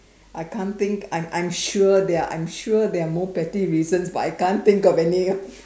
I can't think I'm I'm sure there are I'm sure there are more petty reasons but I can't think of any